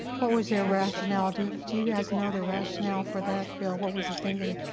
what was their rationale, do do you guys know the rationale for that bill? what was the thinking?